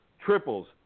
triples